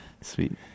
Sweet